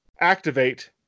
activate